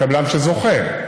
הקבלן שזוכה.